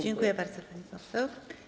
Dziękuję bardzo, pani poseł.